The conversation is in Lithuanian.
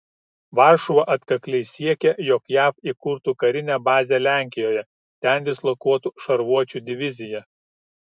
varšuva atkakliai siekia jog jav įkurtų karinę bazę lenkijoje ten dislokuotų šarvuočių diviziją